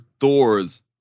Thor's